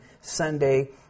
Sunday